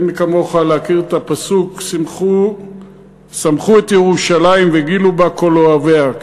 אין כמוך להכיר את הפסוק "שמחו את ירושלם וגילו בה כל אֹהביה".